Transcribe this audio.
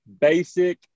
basic